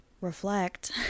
reflect